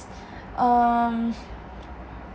um